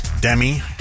Demi